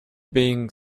being